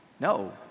No